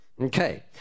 Okay